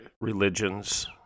religions